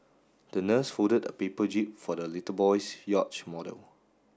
the nurse folded a paper jib for the little boy's yacht model